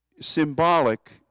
symbolic